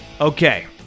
Okay